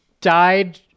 died